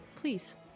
please